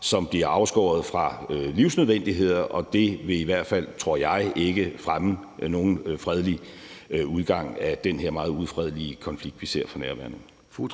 som bliver afskåret fra livsnødvendigheder, og det vil i hvert fald, tror jeg, ikke fremme nogen fredelig udgang på den her meget ufredelige konflikt, vi ser for nærværende. Kl. 13:18